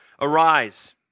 arise